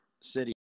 City